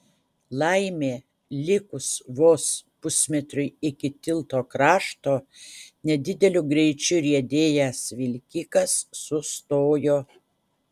laimė likus vos pusmetriui iki tilto krašto nedideliu greičiu riedėjęs vilkikas sustojo